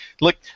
look